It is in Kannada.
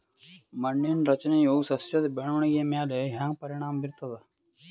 ಮಣ್ಣಿನ ರಚನೆಯು ಸಸ್ಯದ ಬೆಳವಣಿಗೆಯ ಮ್ಯಾಲ ಹ್ಯಾಂಗ ಪರಿಣಾಮ ಬೀರ್ತದ?